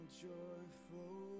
joyful